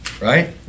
right